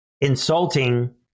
Insulting